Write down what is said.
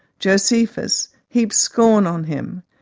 josephus, heaped scorn on him.